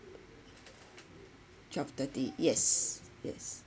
twelve thirty yes yes